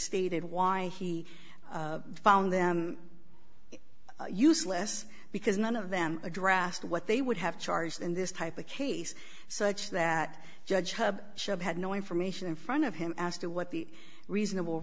stated why he found them useless because none of them a drastic what they would have charged in this type of case such that judge hub shop had no information in front of him as to what the reasonable